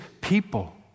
people